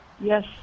Yes